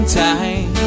time